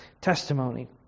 testimony